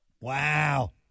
Wow